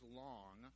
long